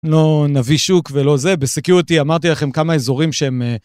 לא נביא שוק ולא זה, בסקיוריטי אמרתי לכם כמה אזורים שהם...